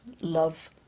love